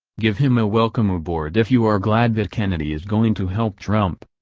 give him a welcome aboard if you are glad that kennedy is going to help trump!